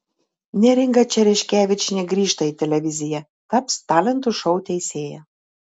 neringa čereškevičienė grįžta į televiziją taps talentų šou teisėja